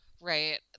Right